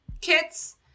kits